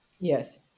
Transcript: Yes